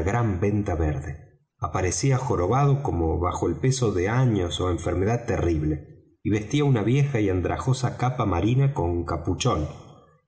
gran venda verde aparecía jorobado como bajo el peso de años ó enfermedad terrible y vestía una vieja y andrajosa capa marina con capuchón